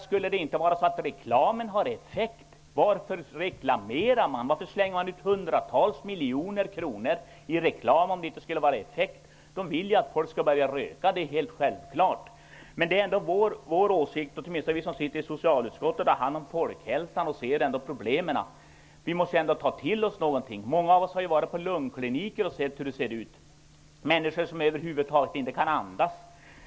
Skulle det vara så att reklamen inte har effekt, varför slänger man då ut hundratals miljoner på reklam? De som gör det vill att folk skall börja röka, det är helt självklart. Åtminstone vi som sitter i socialutskottet, som har hand om folkhälsan och som ser problemen, måste ta till oss vad vi har fått erfara. Många av oss har varit på lungkliniker och sett hur det ser ut, människor som över huvud taget inte kan andas.